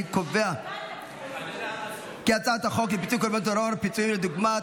אני קובע כי הצעת החוק לפיצוי קורבנות טרור (פיצויים לדוגמה),